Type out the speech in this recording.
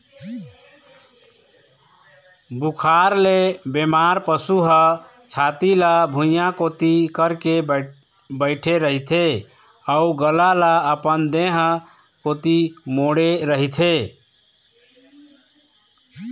बुखार ले बेमार पशु ह छाती ल भुइंया कोती करके बइठे रहिथे अउ गला ल अपन देह कोती मोड़े रहिथे